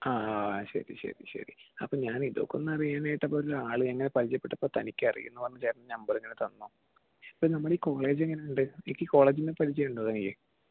ആ ആ ശരി ശരി ശരി അപ്പോൾ ഞാനേ ഇതൊക്കെ ഒന്ന് അറിയാനായിട്ടപ്പം ഒരാൾ ഇങ്ങനെ പരിചയപ്പെട്ടപ്പം തനിക്ക് അറിയൂന്ന് പറഞ്ഞ് ചേട്ടൻ നമ്പർ ഇങ്ങനെ തന്നു ഇപ്പോൾ നമ്മളെ ഈ കോളേജ് എങ്ങനെയുണ്ട് തനിക്ക് ഈ കോളേജിനെ പരിചയം ഉണ്ടോ തനിക്ക്